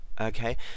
okay